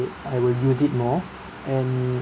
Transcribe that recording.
I will use it more and